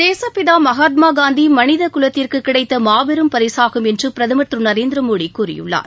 தேசப்பிதா மகாத்மா காந்தி மனித குலத்திற்கு கிடைத்த மாபெரும் பரிசாகும் என்று பிரதமர் திரு நரேந்திர மோடி கூறியுள்ளார்